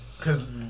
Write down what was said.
cause